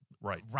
Right